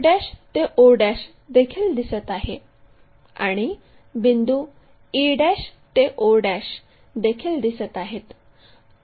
f ते o देखील दिसत आहे आणि बिंदू e ते o' देखील दिसत आहेत